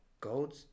gold